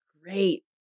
Great